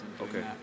Okay